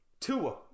Tua